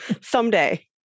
Someday